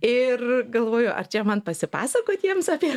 ir galvoju ar čia man pasipasakot jiems apie